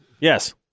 Yes